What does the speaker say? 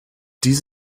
dies